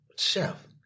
Chef